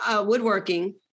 woodworking